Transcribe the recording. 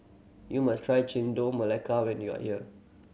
you must try Chendol Melaka when you are here